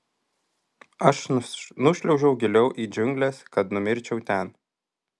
aš nušliaužiau giliau į džiungles kad numirčiau ten